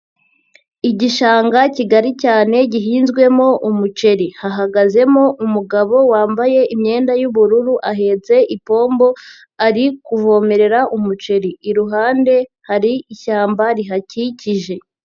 Igishanga kigari cyane gihinzwemo umuceri, hahagazemo umugabo wambaye imyenda y'ubururu ahetse ipombo, ari kuvomerera umuceri, iruhande hari ishyamba rihakikije.